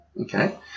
Okay